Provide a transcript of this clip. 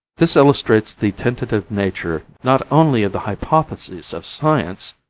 this illustrates the tentative nature not only of the hypotheses of science,